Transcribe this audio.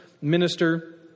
minister